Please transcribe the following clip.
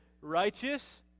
righteous